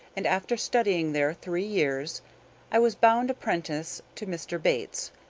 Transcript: and after studying there three years i was bound apprentice to mr. bates,